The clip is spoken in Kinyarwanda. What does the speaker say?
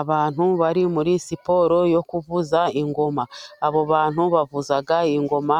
Abantu bari muri siporo yo kuvuza ingoma, abo bantu bavuza ingoma